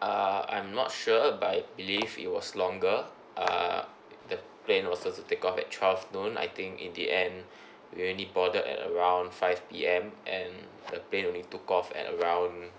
uh I'm not sure but I believe it was longer err the plane was supposed to take off at twelve noon I think in the end we only boarded at around five P_M and the plane only took off at around